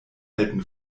alten